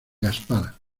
gaspar